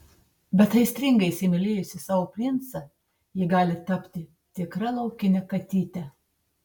bet aistringai įsimylėjusi savo princą ji gali tapti tikra laukine katyte